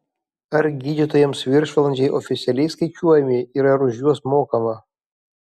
ar gydytojams viršvalandžiai oficialiai skaičiuojami ir ar už juos mokama